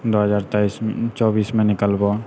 दो हजार तेइस चौबीसमे निकलबौ